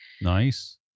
Nice